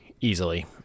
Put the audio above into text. easily